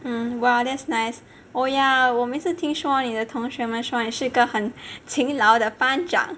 !wah! that's nice oh ya 我们是听说你的同学们说你是个很勤劳的班长